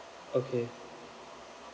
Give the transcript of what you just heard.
okay